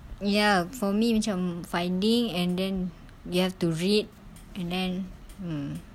ya for me macam finding and then you have to read and then um